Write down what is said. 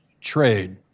trade